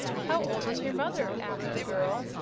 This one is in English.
how old is your mother? asked the girl.